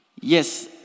Yes